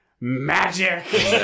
Magic